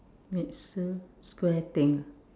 meet Sue square thing ah